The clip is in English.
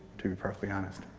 to be perfectly honest.